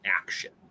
action